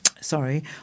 Sorry